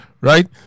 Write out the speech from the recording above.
right